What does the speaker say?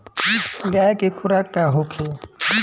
गाय के खुराक का होखे?